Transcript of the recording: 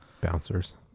Bouncers